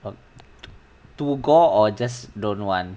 too gore or just don't want